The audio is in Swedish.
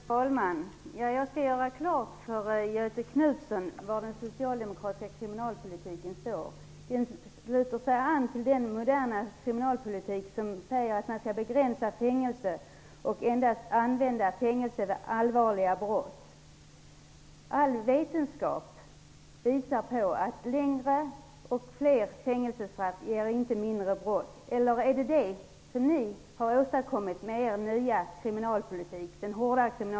Herr talman! Jag vill göra klart för Göthe Knutson var den socialdemokratiska kriminalpolitiken står. Den knyter an till den moderna kriminalpolitik, som säger att man skall begränsa fängelsestraffet och använda det endast vid allvarliga brott. All vetenskap visar på att längre och fler fängelsestraff inte minskar antalet brott. Eller är det detta som ni har åstadkommit med er nya kriminalpolitik, den hårda politiken?